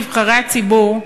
נבחרי הציבור,